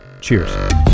Cheers